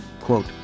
quote